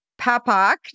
Papak